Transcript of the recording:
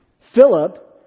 Philip